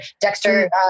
Dexter